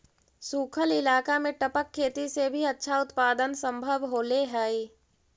सूखल इलाका में टपक खेती से भी अच्छा उत्पादन सम्भव होले हइ